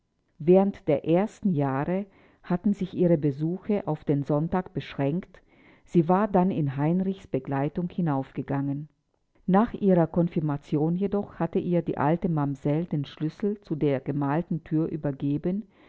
während der ersten jahre hatten sich ihre besuche auf den sonntag beschränkt sie war dann in heinrichs begleitung hinaufgegangen nach ihrer konfirmation jedoch hatte ihr die alte mamsell den schlüssel zu der gemalten thür übergeben